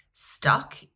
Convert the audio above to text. Stuck